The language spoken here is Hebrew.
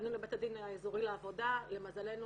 פנינו לבית הדין האזורי לעבודה, למזלנו